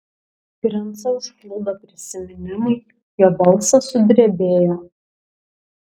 princą užplūdo prisiminimai jo balsas sudrebėjo